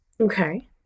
Okay